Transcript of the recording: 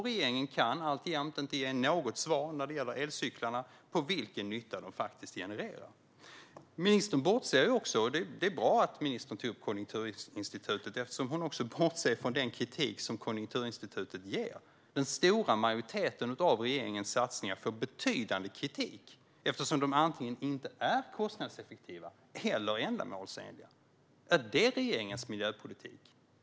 Regeringen kan alltjämt inte ge något svar när det gäller elcyklarna och vilken nytta de faktiskt genererar. Det var bra att ministern tog upp Konjunkturinstitutet eftersom hon också bortser från den kritik som Konjunkturinstitutet ger. Den stora majoriteten av regeringens satsningar får betydande kritik eftersom de antingen inte är kostnadseffektiva eller ändamålsenliga. Är det regeringens miljöpolitik?